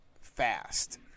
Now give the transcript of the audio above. fast